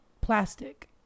plastic